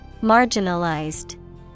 Marginalized